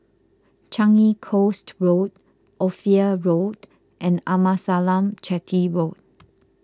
Changi Coast Road Ophir Road and Amasalam Chetty Road